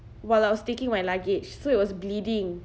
while I was taking my luggage so it was bleeding